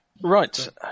Right